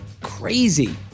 crazy